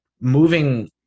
moving